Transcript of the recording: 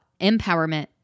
empowerment